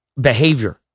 behavior